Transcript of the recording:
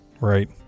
right